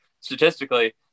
statistically